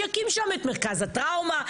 שיקים שם את מרכז הטראומה,